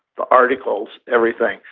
the articles, everything,